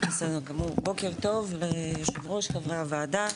בוקר טוב ליושב ראש וחברי הוועדה,